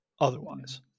otherwise